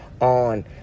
on